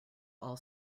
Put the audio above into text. all